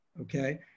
okay